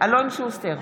אלון שוסטר,